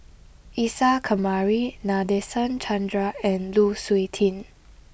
Isa Kamari Nadasen Chandra and Lu Suitin